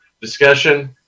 discussion